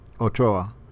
Ochoa